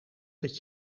dat